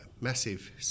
massive